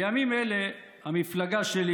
בימים אלה המפלגה שלי,